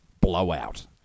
Blowout